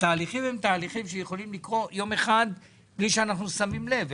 יכולים לקרות יום אחד בלי שאנחנו שמים לב.